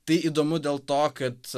tai įdomu dėl to kad